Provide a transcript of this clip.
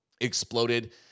exploded